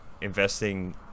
investing